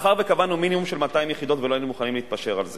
מאחר שקבענו מינימום של 200 יחידות ולא היינו מוכנים להתפשר על זה,